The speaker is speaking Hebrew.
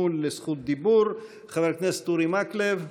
לזכות דיבור: חבר הכנסת אורי מקלב,